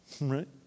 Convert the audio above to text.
Right